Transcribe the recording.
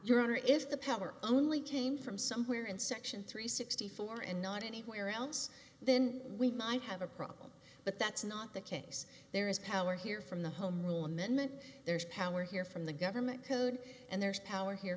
your honor if the power only came from somewhere in section three sixty four and not anywhere else then we might have a problem but that's not the case there is power here from the home rule amendment there is power here from the government code and there's power here